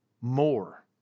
more